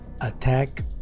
attack